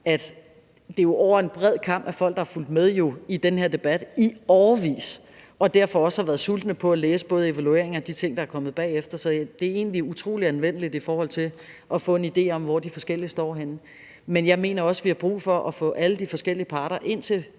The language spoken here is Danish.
at det over en bred kam drejer sig om folk, der har fulgt med i den her debat i årevis og derfor også har været sultne efter både at læse evalueringen og de ting, der er kommet bagefter. Så det er egentlig utrolig anvendeligt i forhold til at få en idé om, hvor de forskellige står henne. Men jeg mener også, at vi har brug for at få alle de forskellige parter ind til